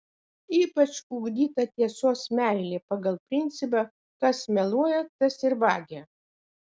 ypač ugdyta tiesos meilė pagal principą kas meluoja tas ir vagia